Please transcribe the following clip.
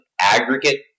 aggregate